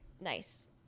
Nice